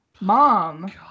mom